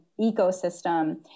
ecosystem